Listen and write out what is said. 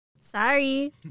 Sorry